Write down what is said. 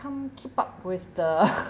can't keep up with the